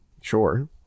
Sure